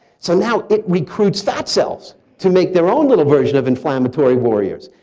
so now it recruits fat cells to make their own little version of inflammatory warriors,